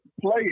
play